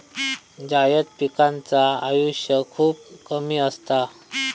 जायद पिकांचा आयुष्य खूप कमी असता